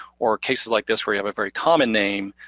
or cases like this where you have a very common name,